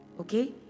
Okay